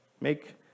Make